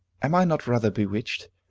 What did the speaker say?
am i not rather bewitched?